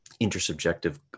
intersubjective